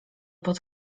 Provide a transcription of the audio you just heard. pod